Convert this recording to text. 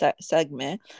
segment